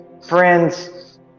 Friends